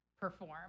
perform